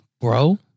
Bro